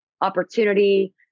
opportunity